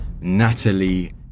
Natalie